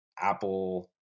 Apple